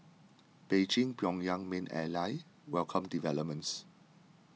Beijing Pyongyang's main ally welcomed developments